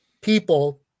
people